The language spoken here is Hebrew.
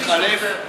אני יכול להחליף אותך?